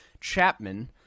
Chapman